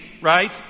Right